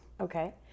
Okay